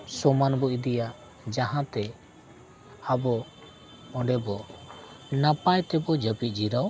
ᱥᱚᱢᱟᱱ ᱵᱚ ᱤᱫᱤᱭᱟ ᱡᱟᱦᱟᱸ ᱛᱮ ᱟᱵᱚ ᱚᱸᱰᱮ ᱵᱚ ᱱᱟᱯᱟᱭ ᱛᱮᱵᱚ ᱡᱟᱹᱯᱤᱫ ᱡᱤᱨᱟᱹᱣ